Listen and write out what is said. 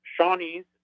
Shawnees